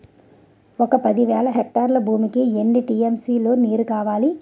ఒక పది వేల హెక్టార్ల భూమికి ఎన్ని టీ.ఎం.సీ లో నీరు కావాలి?